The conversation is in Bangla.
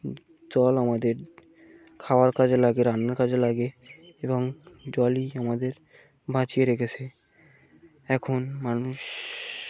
জল আমাদের খাওয়ার কাজে লাগে রান্নার কাজে লাগে এবং জলই আমাদের বাঁচিয়ে রেখেছে এখন মানুষ